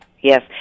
Yes